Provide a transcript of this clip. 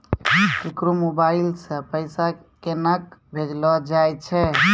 केकरो मोबाइल सऽ पैसा केनक भेजलो जाय छै?